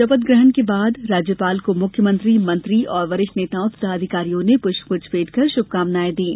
शपथ ग्रहण के बाद राज्यपाल को मुख्यमंत्री मंत्री और वरिष्ठ नेताओं तथा अधिकारियों ने पृष्पगुच्छ भेंट कर शुभकामनायें दीं